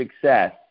success